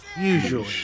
Usually